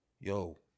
Yo